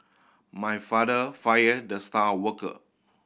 my father fire the star worker